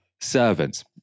servants